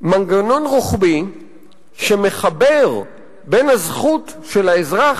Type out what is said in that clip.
מנגנון רוחבי שמחבר בין הזכות של האזרח